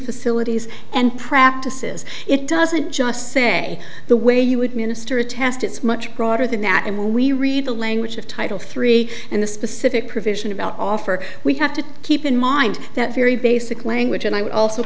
facilities and practices it doesn't just say the way you would minister a test it's much broader than that and when we read the language of title three and the specific provision about offer we have to keep in mind that very basic language and i